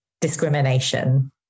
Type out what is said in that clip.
discrimination